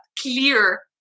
clear